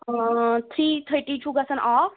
three تھٔٹی چھُو گژھان آف